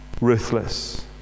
ruthless